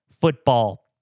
football